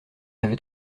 avait